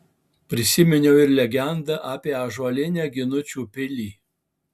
prisiminiau ir legendą apie ąžuolinę ginučių pilį